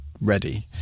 Ready